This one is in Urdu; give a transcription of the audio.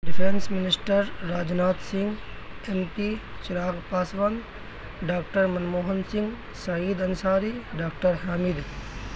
defence minister Rajnath Singh M P چورار پاسوان ڈاکٹر منموہن سنگھ سعید انصاری ڈاکٹر حامد